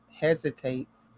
hesitates